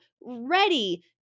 ready